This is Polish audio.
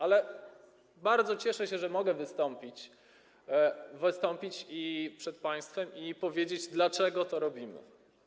Ale bardzo cieszę się, że mogę wystąpić przed państwem i powiedzieć, dlaczego to robimy.